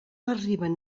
arriben